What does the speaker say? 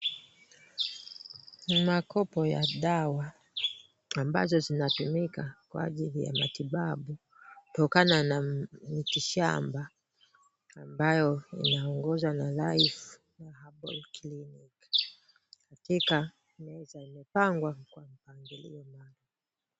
Makopo ya dawa ambazo zinatumika kwa ajili ya matibabu kutokana na miti shamba ambayo inaongozwa na life herbal clinic. Katika meza imepangwa kwa mpangilio maalum.